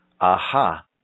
Aha